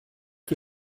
que